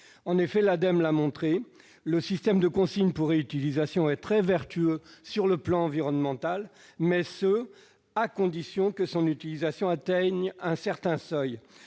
de l'énergie -l'a montré, le système de consigne pour réemploi est très vertueux sur le plan environnemental, mais à la condition que son utilisation atteigne un certain seuil.